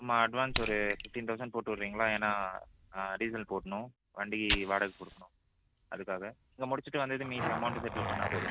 ஆமாம் அட்வான்ஸ் ஒரு fifteen thousand போட்டு விடுறீங்களா ஏன்னா டீசல் போடணும் வண்டி வாடகைக்கு கொடுக்கணும் அதுக்காக நீங்கள் முடிச்சிட்டு வந்ததும் மீதி அமௌண்ட் செட்டில் பண்ணால் போதும்